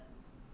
violet